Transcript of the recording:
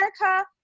America